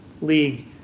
league